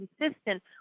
consistent